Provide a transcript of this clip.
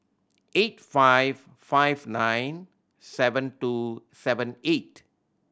eight five five nine seven two seven eight